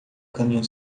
caminho